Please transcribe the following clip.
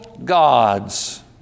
God's